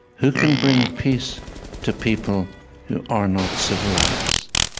who can bring peace to people who are not civilized?